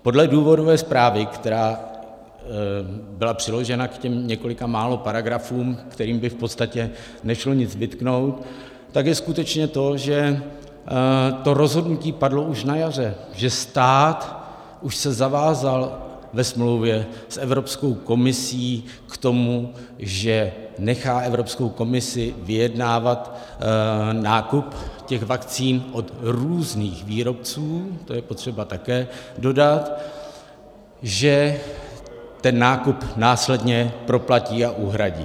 Podle důvodové zprávy, která byla přiložena k těm několika málo paragrafům, kterým by v podstatě nešlo nic vytknout, tak je skutečně to, že to rozhodnutí padlo už na jaře, že stát už se zavázal ve smlouvě s Evropskou komisí k tomu, že nechá Evropskou komisi vyjednávat nákup těch vakcín od různých výrobců, to je potřeba také dodat, že ten nákup následně proplatí a uhradí.